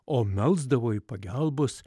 o melsdavo pagalbos